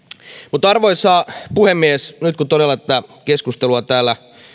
arvoisa puhemies todella nyt kun tätä keskustelua täällä